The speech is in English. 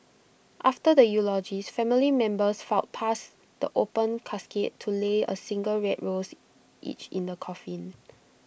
after the eulogies family members filed past the open casket to lay A single red rose each in the coffin